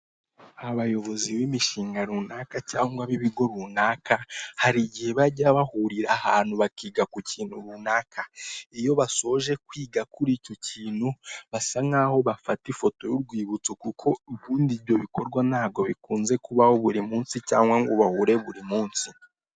Abayobozi b'imishinga runaka cyangwa b'ibigo runaka, hari igihe bajya bahurira ahantu bakiga ku kintu runaka; iyo basoje kwiga kuri icyo kintu basa nk'aho bafata ifoto y'urwibutso, kuko ubundi ibyo bikorwa ntabwo bikunze kubaho buri munsi cyangwa ngo bahure buri munsi.